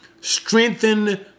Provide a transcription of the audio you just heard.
strengthen